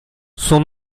son